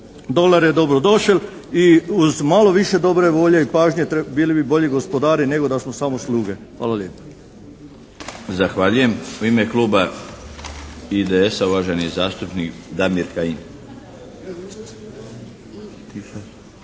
dolar je dobrodošel i uz malo više dobre volje i pažnje bili bi bolji gospodari nego da smo samo sluge. Hvala lijepo. **Milinović, Darko (HDZ)** Zahvaljujem. U ime kluba IDS-a, uvaženi zastupnik Damir Kajin.